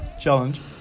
Challenge